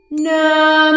No